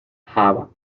java